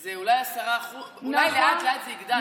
זה אולי 10%. אולי לאט-לאט זה יגדל.